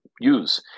use